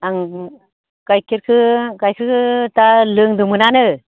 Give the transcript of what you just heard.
आं गाइखेरखौ गाइखेरखौ दा लोंदोंमोनानो